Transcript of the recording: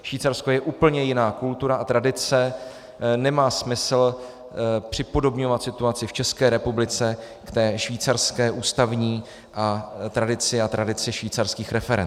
Švýcarsko je úplně jiná kultura a tradice, nemá smysl připodobňovat situaci v České republice k té švýcarské ústavní tradici a tradici švýcarských referend.